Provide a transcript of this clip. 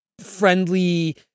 friendly